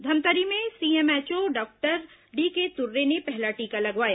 धमतरी में CMHO doctor D K Turre ने पहला टीका लगवाया